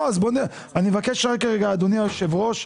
אני מבקש אדוני היושב-ראש,